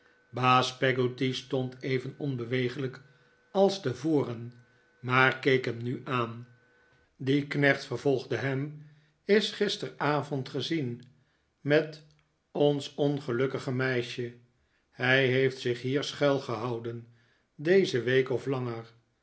baas peggotty stond even onbeweeglijk als tevoren maar keek hem nu aan die knecht vervolgde ham is gisteravond gezien met ons ongelukkige meisje hij heeft zich hier schuilgehouden deze week of langer